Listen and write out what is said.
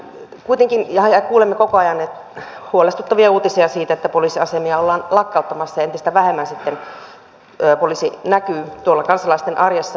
kuitenkin kuulemme koko ajan huolestuttavia uutisia siitä että poliisiasemia ollaan lakkauttamassa ja entistä vähemmän sitten poliisi näkyy tuolla kansalaisten arjessa